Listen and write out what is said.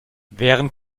wären